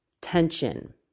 tension